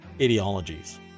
ideologies